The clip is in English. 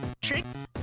tricks